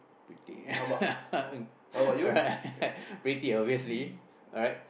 pretty alright pretty obviously alright